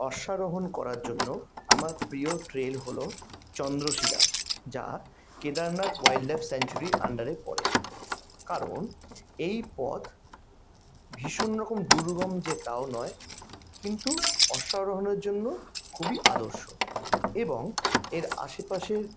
অশ্বারোহণ করার জন্য আমার প্রিয় ট্রেল হল চন্দ্রশিলা যা কেদারনাথ ওয়াইল্ড লাইফ স্যাঙ্কচুইয়ারির আন্ডারে পড়ে কারণ এই পথ ভীষণ রকম দুর্গম যে তাও নয় কিন্তু অশ্বারোহণের জন্য খুবই আদর্শ এবং এর আশেপাশের